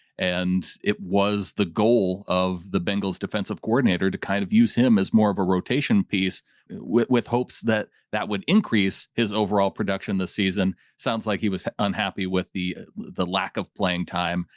and it was the goal of the bengals defensive coordinator to kind of use him as more of a rotation piece with with hopes that that would increase his overall production. the season sounds like he was unhappy with the the lack of playing time,